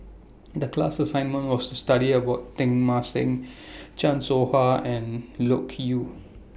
The class assignment was to study about Teng Mah Seng Chan Soh Ha and Loke Yew